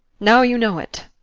now you know it,